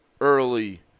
early